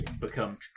become